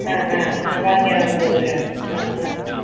ആ ആ ആ പാർക്ക് ചെയ്യാനുള്ള സൗകര്യമുണ്ട് ആ ആ ആ